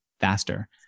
faster